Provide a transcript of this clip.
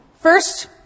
First